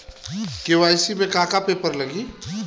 KYC में का का पेपर लगी?